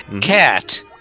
Cat